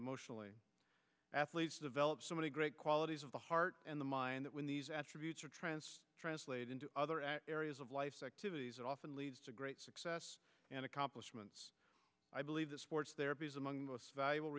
emotionally athletes develop so many great qualities of the heart and the mind that when these attributes or trends translate into other areas of life activities it often leads to great success and accomplishments i believe that sports there because among most valuable